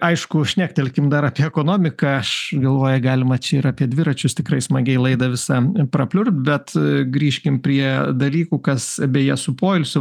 aišku šnektelkim dar apie ekonomiką aš galvoju galima čia ir apie dviračius tikrai smagiai laidą visą prapliupt bet grįžkim prie dalykų kas beje su poilsiu